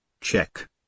check